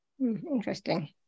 Interesting